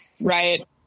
Right